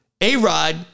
A-Rod